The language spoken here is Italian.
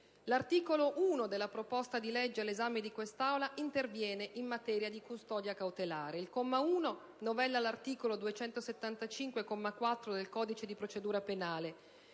L'articolo 1 della proposta di legge all'esame di quest'Aula interviene in materia di custodia cautelare. Il comma 1 novella l'articolo 275, comma 4, del codice di procedura penale,